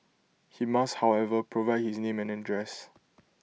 he must however provide his name and address